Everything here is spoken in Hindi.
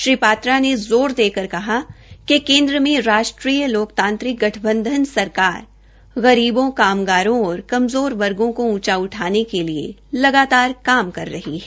श्री पात्रा ने ज़ोर देकर कहा कि केन्द्र में राष्ट्रीय लोकतांत्रिक गठबंधन सरकार गरीबों कामगारों और कमज़ोर वर्गो को ऊंचा उठाने के लिए लगातार काम कर रही है